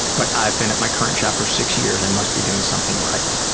but i've been at my current job for six years. i must be doing something right.